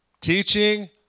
Teaching